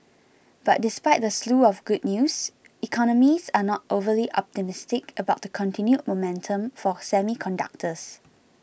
but despite the slew of good news economists are not overly optimistic about the continued momentum for semiconductors